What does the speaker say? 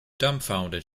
dumbfounded